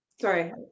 Sorry